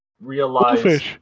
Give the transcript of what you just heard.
realize